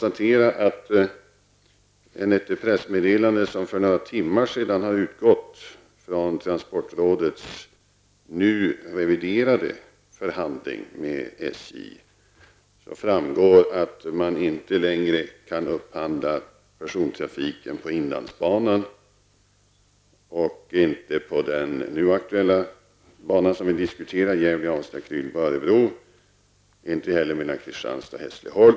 Av ett pressmeddelande som för några timmar sedan har gått ut från transportrådet om en reviderad förhandling med SJ framgår att man inte längre kan upphandla persontrafik på inlandsbanan, inte heller på den nu aktuella banan Gävle--Avesta/Krylbo--Örebro, och inte heller mellan Kristianstad och Hässleholm.